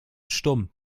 stumm